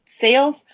sales